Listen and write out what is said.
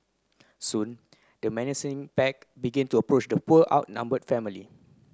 soon the menacing pack began to approach the poor outnumbered family